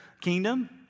kingdom